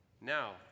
Now